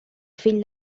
fill